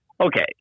okay